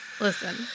Listen